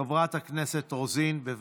חברת הכנסת רוזין, בבקשה.